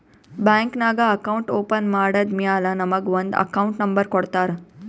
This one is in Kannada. ಬ್ಯಾಂಕ್ ನಾಗ್ ಅಕೌಂಟ್ ಓಪನ್ ಮಾಡದ್ದ್ ಮ್ಯಾಲ ನಮುಗ ಒಂದ್ ಅಕೌಂಟ್ ನಂಬರ್ ಕೊಡ್ತಾರ್